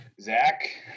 zach